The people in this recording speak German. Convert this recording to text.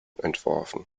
entworfen